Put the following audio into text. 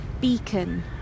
beacon